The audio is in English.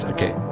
Okay